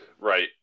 Right